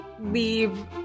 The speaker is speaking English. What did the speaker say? leave